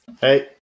hey